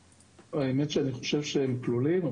האמת שאני חושב שהם כלולים,